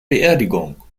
beerdigung